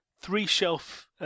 three-shelf